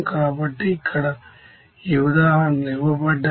కాబట్టి ఇక్కడ ఈ ఉదాహరణలు ఇవ్వబడ్డాయి